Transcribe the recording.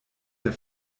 der